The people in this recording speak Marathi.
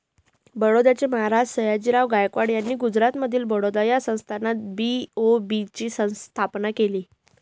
बडोद्याचे महाराज सयाजीराव गायकवाड यांनी गुजरातमधील बडोदा या संस्थानात बी.ओ.बी ची स्थापना केली